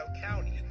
County